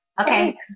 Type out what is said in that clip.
Okay